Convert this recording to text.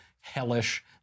hellish